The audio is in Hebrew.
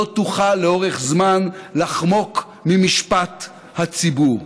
לא תוכל לאורך זמן לחמוק ממשפט הציבור.